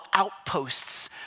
outposts